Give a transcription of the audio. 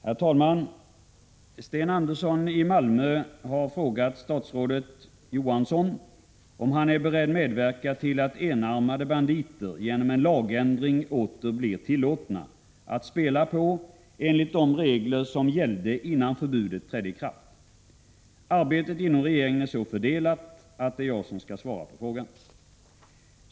Herr talman! Sten Andersson i Malmö har frågat statsrådet Johansson om han är beredd medverka till att ”enarmade banditer” genom en lagändring åter blir tillåtna att spela på enligt de regler som gällde innan förbudet trädde ikraft. Arbetet inom regeringen är så fördelat att det är jag som skall svara på frågan.